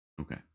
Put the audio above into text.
Okay